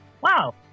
wow